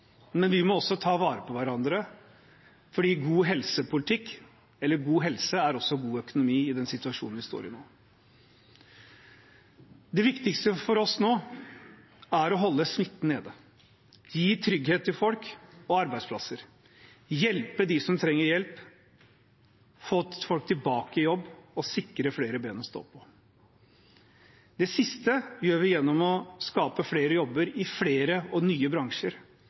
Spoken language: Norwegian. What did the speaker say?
Men vi må også ta vare på hverandre, for god helsepolitikk og god helse er også god økonomi i den situasjonen vi står i nå. Det viktigste for oss nå er å holde smitten nede, gi trygghet til folk og arbeidsplasser, hjelpe dem som trenger hjelp, få folk tilbake i jobb og sikre flere bein å stå på. Det siste gjør vi gjennom å skape flere jobber i flere og nye bransjer